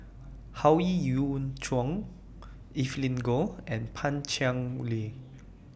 Howe Yoon Chong Evelyn Goh and Pan Cheng Lui